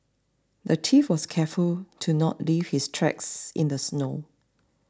the thief was careful to not leave his tracks in the snow